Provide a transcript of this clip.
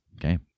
Okay